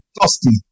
dusty